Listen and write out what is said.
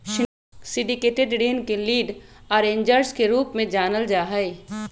syndicated ऋण के lead arrangers के रूप में जानल जा हई